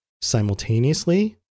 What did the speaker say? simultaneously